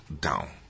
down